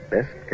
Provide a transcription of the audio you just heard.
Best